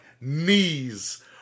knees